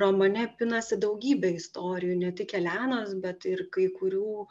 romane pinasi daugybė istorijų ne tik elenos bet ir kai kurių